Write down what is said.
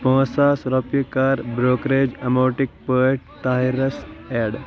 پانٛژھ ساس رۄپیہِ کَر بروکریج ایماونٹٕکۍ پٲٹھۍ طاہِرَس ایڈ